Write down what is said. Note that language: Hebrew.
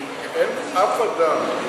כי אין אף אדם,